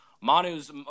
Manu's